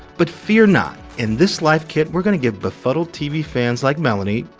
but fear not. in this life kit, we're going to give befuddled tv fans like mellini,